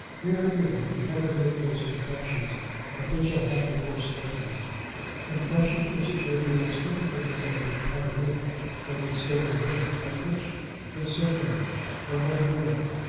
here, at any rate, he had to make those confessions of which i have before spoken confessions which it may be less difficult to make with pen and ink than with spoken words, but which when so made are more degrading.